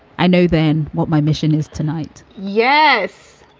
i know then what my mission is tonight yes,